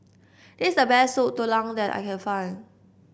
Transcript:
this is a best Soup Tulang that I can find